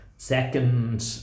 second